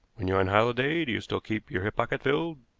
when you're on holiday do you still keep your hip pocket filled?